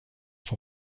son